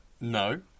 No